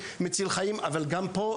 אבל גם פה,